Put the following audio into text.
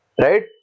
right